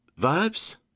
vibes